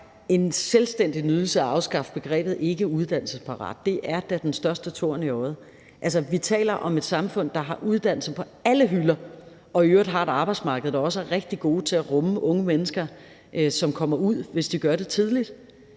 en selvstændig nydelse at afskaffe begrebet ikkeuddannelsesparat. Det er da den største torn i øjet. Altså, vi taler om et samfund, der har uddannelse på alle hylder og i øvrigt har et arbejdsmarked, der også er rigtig godt til at rumme unge mennesker, som kommer ud på det – hvis de gør det tidligt.